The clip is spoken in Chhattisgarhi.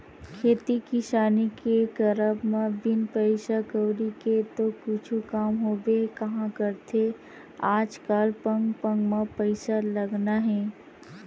खेती किसानी के करब म बिन पइसा कउड़ी के तो कुछु काम होबे काँहा करथे आजकल पग पग म पइसा लगना हे